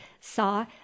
saw